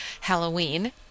Halloween